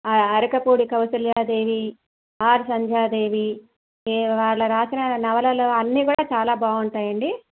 అరిక Pudi Kausalya Devi R Sandhya Devi ఈ వాళ్ళు రాసిన నవలలు అన్నీ కూడా చాలా బాగుంటాయండి